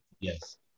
Yes